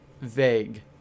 vague